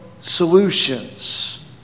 solutions